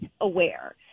aware